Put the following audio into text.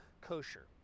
kosher